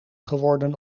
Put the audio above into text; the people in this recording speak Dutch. geworden